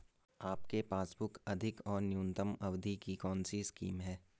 आपके पासबुक अधिक और न्यूनतम अवधि की कौनसी स्कीम है?